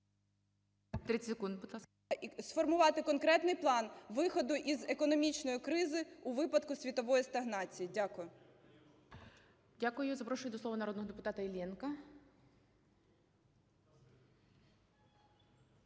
Сформувати конкретний план виходу із економічної кризи у випадку світової стагнації. Дякую. ГОЛОВУЮЧИЙ. Дякую. Я запрошую до слова народного депутата Іллєнка.